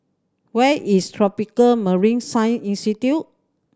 where is Tropical Marine Science Institute